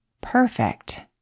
perfect